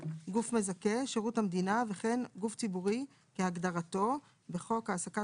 "גוף מזכה" שירות המדינה וכן גוף ציבורי כהגדרתו בחוק העסקת